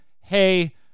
hey